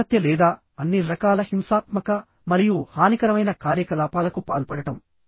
ఆత్మహత్య లేదా అన్ని రకాల హింసాత్మక మరియు హానికరమైన కార్యకలాపాలకు పాల్పడటం